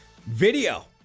video